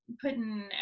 putting